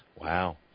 Wow